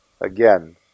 again